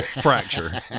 Fracture